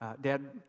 Dad